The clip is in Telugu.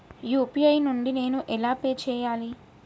యూ.పీ.ఐ నుండి నేను ఎలా పే చెయ్యాలి?